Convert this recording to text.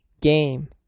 game